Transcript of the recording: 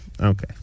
Okay